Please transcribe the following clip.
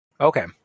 Okay